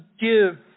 give